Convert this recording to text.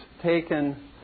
taken